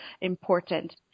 important